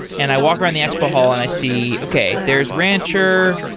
and i walk around the expo hall and i see, okay, there's rancher.